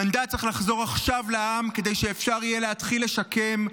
המנדט צריך לחזור עכשיו לעם כדי שאפשר יהיה להתחיל להשתקם,